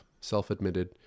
self-admitted